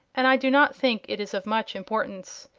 and i do not think it is of much importance.